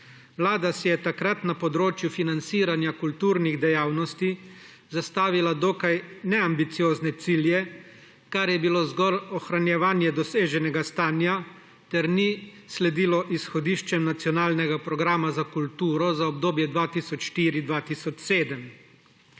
Vlada si je takrat na področju financiranja kulturnih dejavnosti zastavila dokaj neambiciozne cilje, kar je bilo zgolj ohranjevanje doseženega stanja ter ni sledilo izhodiščem nacionalnega programa za kulturo za obdobje 2004–2007.